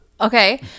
okay